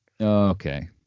Okay